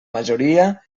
majoria